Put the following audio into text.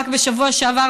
רק בשבוע שעבר,